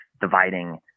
dividing